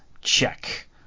check